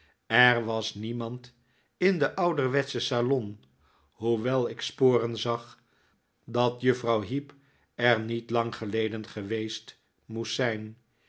er was niemand in den ouderwetschen salon hoewel ik sporen zag dat juffrouw heep er niet lang geleden geweest moest zijn